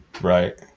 Right